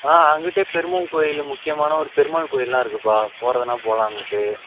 ஆ அங்குட்டே பெருமாள் கோயில் முக்கியமான ஒரு பெருமாள் கோயில்லாம் இருக்குதுப்பா போகிறதுனா போகலாம் அங்குட்டு